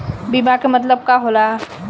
बीमा के मतलब का होला?